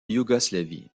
yougoslavie